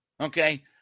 okay